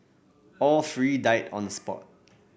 all three died on the spot